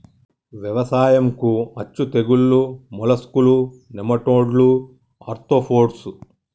వ్యవసాయంకు అచ్చే తెగుల్లు మోలస్కులు, నెమటోడ్లు, ఆర్తోపోడ్స్